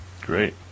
Great